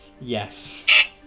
Yes